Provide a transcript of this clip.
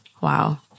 Wow